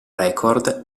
record